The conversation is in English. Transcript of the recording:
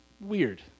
weird